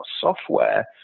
software